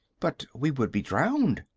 but we would be drowned!